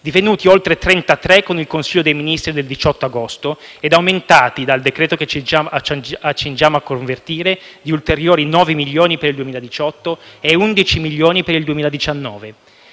divenuti oltre 33 con il Consiglio dei Ministri del 18 agosto ed aumentati dal decreto che ci accingiamo a convertire di ulteriori nove milioni per il 2018 e 11 milioni per il 2019.